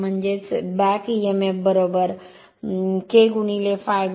म्हणजे एब बॅक एम्फ K ∅ n